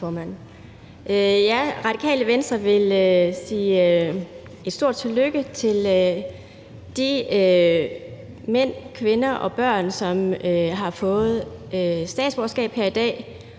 Radikale Venstre vil sige et stort tillykke til de mænd, kvinder og børn, som har fået statsborgerskab her i dag.